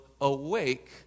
awake